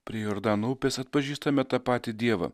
prie jordano upės atpažįstame tą patį dievą